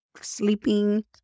sleeping